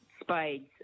spades